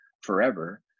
forever